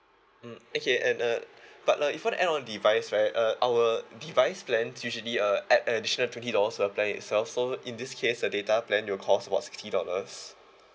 mm okay and uh but uh before I add on device right uh our device plans usually uh add an additional twenty dollars to the plan itself so in this case the data plan will cost about sixty dollars